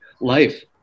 life